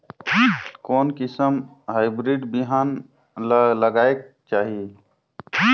कोन किसम हाईब्रिड बिहान ला लगायेक चाही?